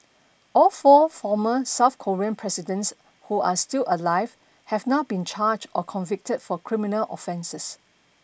all four former South Korean presidents who are still alive have now been charged or convicted for criminal offences